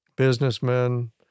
businessmen